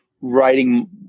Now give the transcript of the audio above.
writing